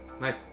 nice